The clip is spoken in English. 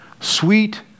sweet